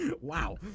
Wow